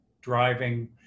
driving